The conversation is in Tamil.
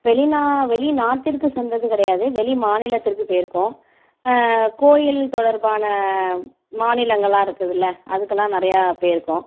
வெளி நா வெளி நாட்டிற்கு சென்றது கிடையாது வெளி மாநிலத்திற்கு போயிருக்கோம் கோயில் தொடர்பான மாநிலங்களாக இருக்குதில அதுக்கெலாம் நிறையா போயிருக்கோம்